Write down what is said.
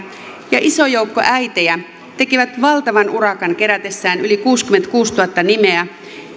ja iso joukko äitejä tekivät valtavan urakan kerätessään yli kuusikymmentäkuusituhatta nimeä